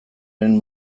lehen